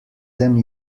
them